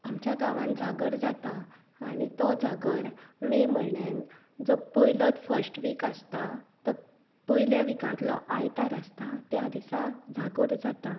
आमच्या गांवांत जागर जाता आनी तो जागर मे म्हयण्यान जो पैलोच फस्ट वीक आसता पयल्या विकांतलो आयतार आसता त्या दिसा जागोर जाता